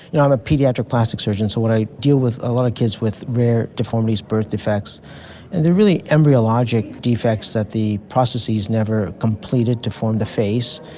and um a paediatric plastic surgeon, so but i deal with a lot of kids with rare deformities, birth defects, and the really embryologic defects that the processes never completed to form the face,